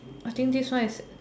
I think this one is